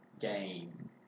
game